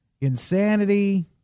insanity